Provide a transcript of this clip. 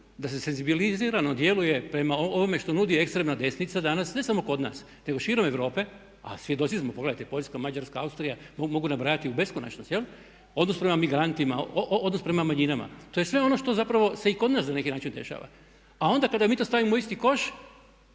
da se senzibilizirano djeluje prema ovome što nudi ekstremna desnica danas ne samo kod nas nego širom Europe, a svjedoci smo. Pogledajte Poljska, Mađarska, Austrija, mogu nabrajati u beskonačnost jel? Odnos prema migrantima, odnos prema manjinama. To je sve ono što zapravo se i kod nas na neki način dešava. A onda kada mi to stavimo u isti koš